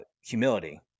humility